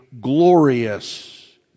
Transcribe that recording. glorious